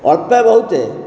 ଅଳ୍ପ ବହୁତେ